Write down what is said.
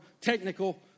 technical